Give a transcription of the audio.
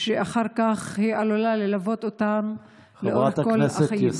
ואחר כך היא עלולה ללוות אותם לאורך כל החיים.